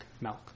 milk